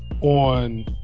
on